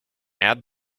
add